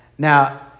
Now